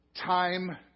time